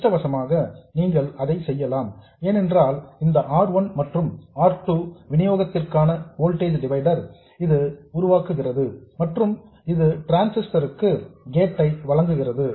அதிர்ஷ்டவசமாக நீங்கள் அதை செய்யலாம் ஏனென்றால் இந்த R 1 மற்றும் R 2 விநியோகத்திற்கான வோல்டேஜ் டிவைடர் ஐ இது உருவாக்குகிறது மற்றும் இது டிரான்சிஸ்டர் க்கு கேட் ஐ வழங்குகிறது